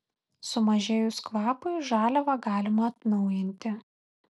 sumažėjus kvapui žaliavą galima atnaujinti